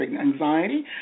anxiety